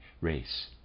race